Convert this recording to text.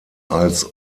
als